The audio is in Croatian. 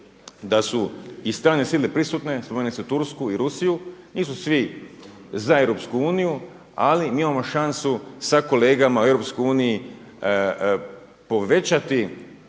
da su i strane sile prisutne, spomenuli ste Tursku i Rusiju, nisu svi za EU, ali mi imamo šansu sa kolegama u EU povećati,